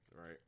right